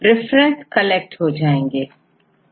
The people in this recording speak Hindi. तो इस तरह से रिफरेंस कलेक्ट हो जाएंगे